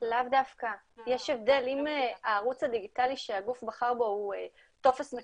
גם אם הוא ניתן באופן דיגיטלי אחר או באמצעות האינטרנט.